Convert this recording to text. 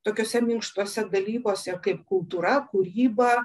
tokiuose minkštuose dalybose kaip kultūra kūryba